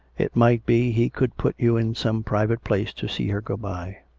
it might be he could put you in some private place to see her go by.